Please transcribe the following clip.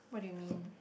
what do you mean